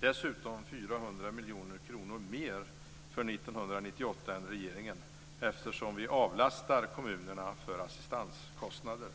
Dessutom har vi 400 miljoner kronor mer för 1998 än regeringen eftersom vi avlastar kommunerna för assistanskostnader.